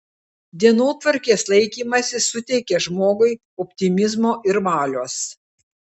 dienotvarkės laikymasis suteikia žmogui optimizmo ir valios